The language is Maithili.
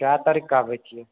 कए तारीख़ कऽ आबै छियै